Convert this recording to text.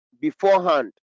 beforehand